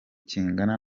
kingana